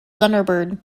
thunderbird